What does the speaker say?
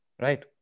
Right